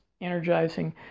energizing